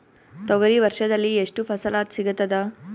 ತೊಗರಿ ವರ್ಷದಲ್ಲಿ ಎಷ್ಟು ಫಸಲ ಸಿಗತದ?